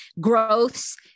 Growths